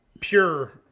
pure